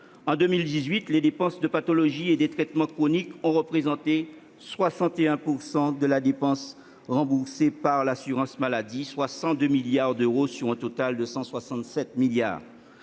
en 2018, les dépenses de pathologies et des traitements chroniques ont représenté 61 % de la dépense remboursée par l'assurance maladie, soit 102 milliards d'euros sur un total de 167 milliards.